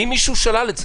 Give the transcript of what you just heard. האם מישהו שלל את זה?